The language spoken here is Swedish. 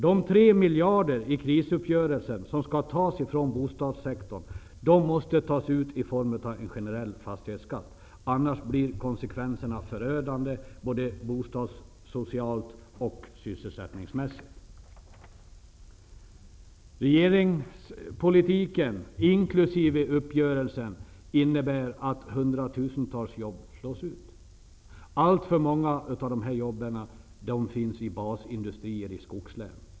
De tre miljarder i krisuppgörelsen som skall tas från bostadssektorn måste tas ut som en generell fastighetsskatt -- annars blir konsekvenserna förödande både bostadssocialt och sysselsättningsmässigt. Regeringspolitiken inkl. uppgörelsen innebär att hundratusentals jobb slås ut. Alltför många av dessa är jobb i basindustrier i skogslän.